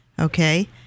Okay